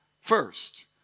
first